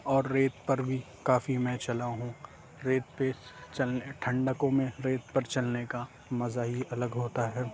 اور ریت پر بھی کافی میں چلا ہوں ریت پہ چلنے ٹھنڈک میں ریت پر چلنے کا مزہ ہی الگ ہوتا ہے